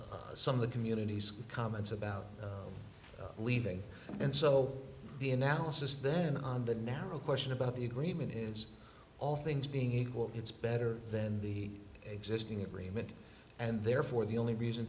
know some of the community's comments about leaving and so the analysis then on the narrow question about the agreement is all things being equal it's better than the existing agreement and therefore the only reason